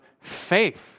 faith